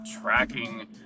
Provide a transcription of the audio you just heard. tracking